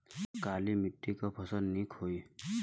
काली मिट्टी क फसल नीक होई?